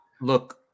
Look